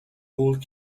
old